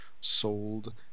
sold